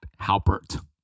Halpert